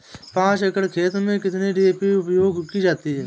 पाँच एकड़ खेत में कितनी डी.ए.पी उपयोग की जाती है?